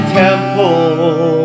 temple